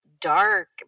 dark